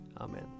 Amen